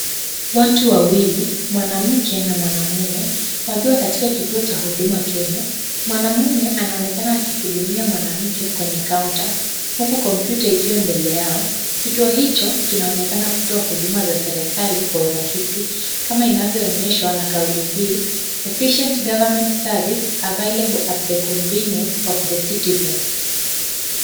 Watu wawili, mwanamke na mwanaume wakiwa katika kituo cha Huduma Kenya. Mwanaume anaonekana akihudumia mwanamke kwenye kaunta, huku kompyuta ikiwa mbele yao. Kituo hicho kinaoonekana kutoa huduma za serikali kwa urahisi kama inavyoonyeshwa na kauli mbiu [c] efficient government service available at the convenience of the citizen .